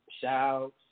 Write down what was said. Shouts